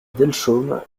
delchaume